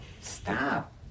Stop